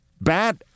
bat